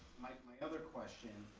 my other question,